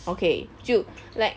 okay 就 like